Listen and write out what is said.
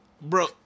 Bro